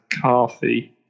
Carthy